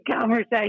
conversation